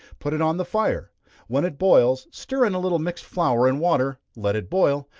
put it on the fire when it boils, stir in a little mixed flour and water, let it boil,